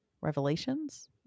Revelations